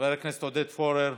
חבר הכנסת עודד פורר,